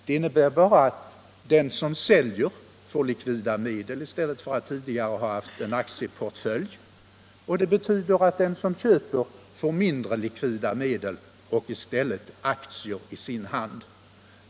Det innebär bara att den som säljer får likvida medel i stället för att tidigare ha haft aktier och att den som köper får mindre likvida medel och i stället får aktier i sin hand.